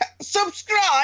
Subscribe